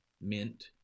Mint